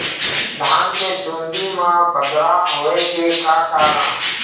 धान के चुन्दी मा बदरा होय के का कारण?